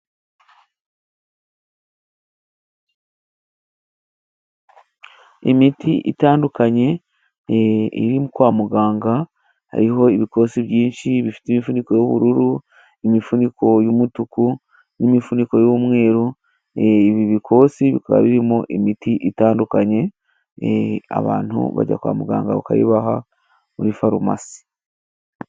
Imiti itandukanye iri kwa muganga, hariho ibikosi byinshi bifite imifuniko y'ubururu, imifuniko y'umutuku n'imifuniko y'umweru . Ibi bikosi bikaba birimo imiti itandukanye, abantu bajya kwa muganga bakayibaha muri farumasi.